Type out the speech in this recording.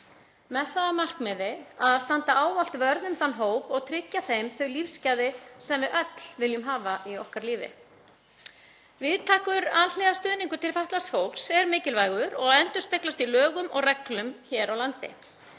það að markmiði að standa ávallt vörð um þann hóp og tryggja honum þau lífsgæði sem við öll viljum hafa í okkar lífi. Víðtækur alhliða stuðningur til fatlaðs fólks er mikilvægur og endurspeglast í lögum og reglum hér á landi.